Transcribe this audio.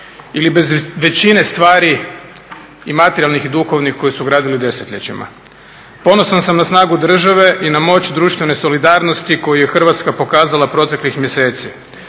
ili bez većine stvari i materijalnih i duhovnih koje su gradili desetljećima. Ponosan sam na snagu države i na moć društvene solidarnosti koju je Hrvatska pokazala proteklih mjeseci.